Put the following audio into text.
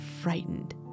frightened